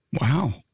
Wow